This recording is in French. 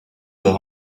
doit